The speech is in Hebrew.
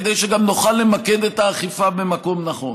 גם כדי שנוכל למקד את האכיפה במקום נכון.